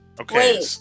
Okay